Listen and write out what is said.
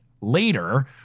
later